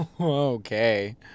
Okay